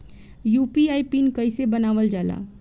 UPI PIN कइसे बनावल जाला?